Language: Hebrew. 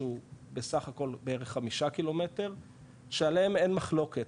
שהוא בסך הכל בערך חמישה ק"מ שעליהם אין מחלוקת,